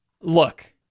look